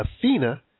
Athena